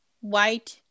White